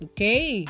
Okay